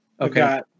okay